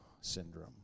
syndrome